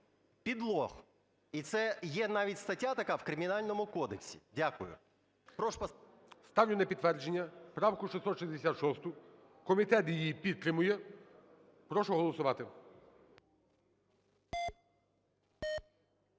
підлог. І це є навіть стаття така в Кримінальному кодексі. Дякую. Прошу… ГОЛОВУЮЧИЙ. Ставлю на підтвердження правку 666. Комітет її підтримує. Прошу голосувати.